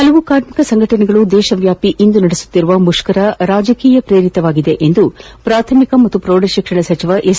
ಹಲವು ಕಾರ್ಮಿಕ ಸಂಘಟನೆಗಳು ದೇಶವ್ಯಾಪಿ ಇಂದು ನಡೆಸುತ್ತಿರುವ ಮುಷ್ಕರ ರಾಜಕೀಯ ಪ್ರೇರಿತವಾಗಿದೆ ಎಂದು ಪ್ರಾಥಮಿಕ ಮತ್ತು ಪ್ರೌಢ ಶಿಕ್ಷಣ ಸಚಿವ ಎಸ್